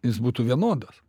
jis būtų vienodas